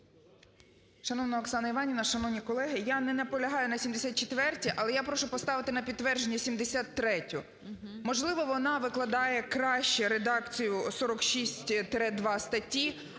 Шановна Оксана Іванівна, шановні колеги, я не наполягаю на 74-й, але я прошу поставити на підтвердження 73-ю. Можливо, вона викладає кращу редакцію 46-2 статті,